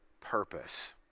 purpose